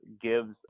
gives